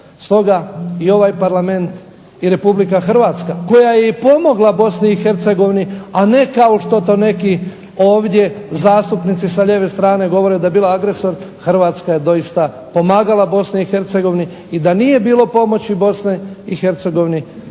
Stoga ovaj parlament i Republika Hrvatska koja je i pomogla BIH a ne kao što to neki ovdje zastupnici sa lijeve strane govore, da je bila agresor, Hrvatska je doista pomagala Bosni i Hercegovini i da nije bilo pomoći BiH danas